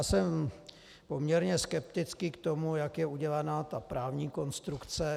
Jsem poměrně skeptický k tomu, jak je udělaná právní konstrukce.